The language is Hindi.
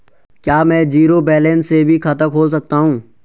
क्या में जीरो बैलेंस से भी खाता खोल सकता हूँ?